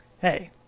Hey